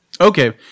Okay